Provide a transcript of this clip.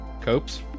Copes